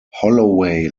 holloway